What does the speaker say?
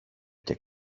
και